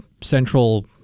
Central